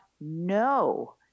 no